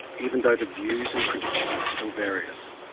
even though the views and predictions are still various.